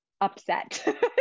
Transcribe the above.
upset